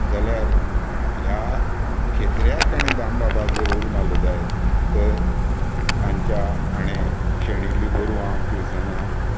जाल्यार ह्या खेत्र्याक आनी दामबाबाक उलो मारलो जायत तर तांच्या हांणे शेणिल्लीं गोरवां तिळसनां